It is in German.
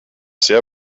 sehr